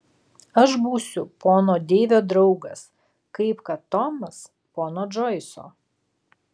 aš būsiu pono deivio draugas kaip kad tomas pono džoiso